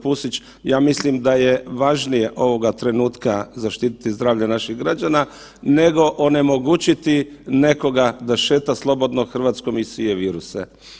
Pusić, ja mislim da je važnije ovoga trenutka zaštiti zdravlje naših građana, nego onemogućiti nekoga da šeta slobodno Hrvatskom i sije viruse.